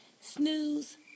Snooze